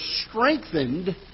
strengthened